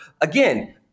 again